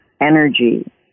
energy